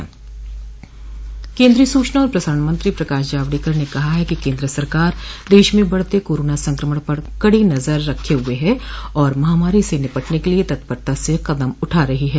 केन्द्रीय सूचना और प्रसारण मंत्री प्रकाश जावडेकर ने कहा है कि केन्द्र सरकार देश में बढते कोरोना संक्रमण पर कडी नजर रखे हुए है आर महामारी से निपटने के लिए तत्परता से कदम उठा रही है